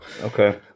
Okay